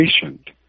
patient